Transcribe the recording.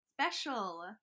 special